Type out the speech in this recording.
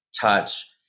touch